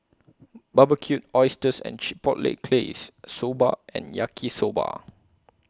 Barbecued Oysters and Chipotle Glaze Soba and Yaki Soba